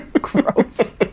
Gross